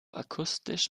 akustisch